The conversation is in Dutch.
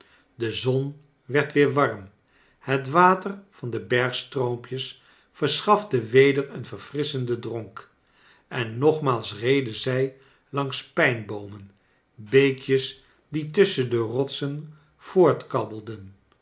de zon werd weer warm het water van de bergstroompjes verschafte weder een verfrisschenden dronk en nogmaals reden zij langs pijnboomen beekjes die tusschen de rotsen